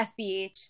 SBH